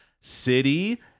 city